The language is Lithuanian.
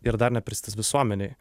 ir dar nepristatytas visuomenei